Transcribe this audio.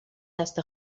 دست